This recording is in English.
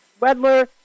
Wedler